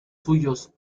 suyos